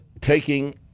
taking